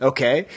Okay